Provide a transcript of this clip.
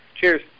Cheers